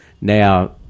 Now